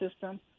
system